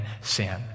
sin